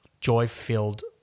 joy-filled